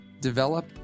develop